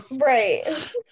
Right